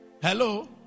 Hello